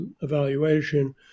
evaluation